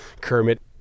Kermit